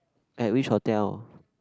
at which hotel